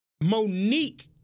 Monique